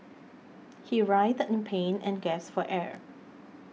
he writhed in pain and gasped for air